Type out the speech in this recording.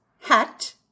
Hat